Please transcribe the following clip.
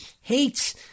hates